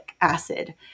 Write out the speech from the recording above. acid